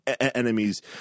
enemies